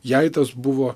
jai tas buvo